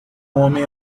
homem